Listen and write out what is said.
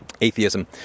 atheism